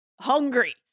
hungry